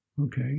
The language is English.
Okay